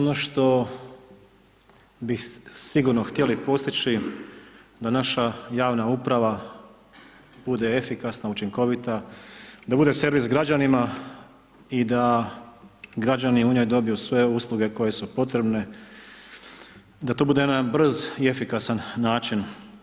Dakle, ono što bih sigurno htjeli postići da naša javna uprava bude efikasna, učinkovita, da bude servis građanima i da građani u njoj dobiju sve usluge koje su potrebne, da to bude jedan brz i efikasan način.